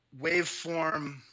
waveform